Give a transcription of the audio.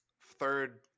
third